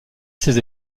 ses